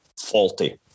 faulty